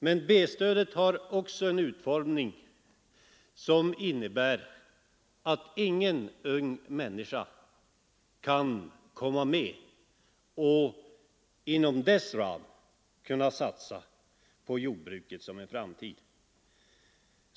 Men B-stödet har en utformning som innebär att ingen ung människa kan inom dess ram få satsa på jordbruket som en framtid.